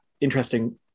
interesting